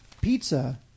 pizza